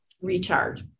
recharge